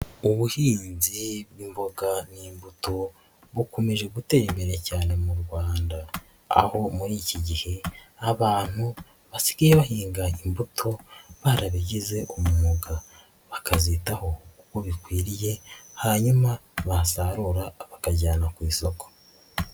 Ubuhinzi bw'imboga n'imbuto bukomeje gutera imbere cyane mu Rwanda, aho muri iki gihe abantu basigaye bahinga imbuto barabigize umwuga bakazitaho uko bikwiriye hanyuma basarura bakajyana ku isoko.